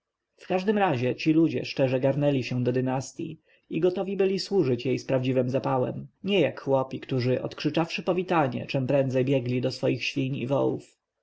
w każdym razie ci ludzie szczerze garnęli się do dynastji i gotowi byli służyć jej z prawdziwym zapałem nie jak chłopi którzy odkrzyczawszy powitanie czem prędzej biegli do swoich świń i wołów